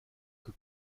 que